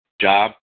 Job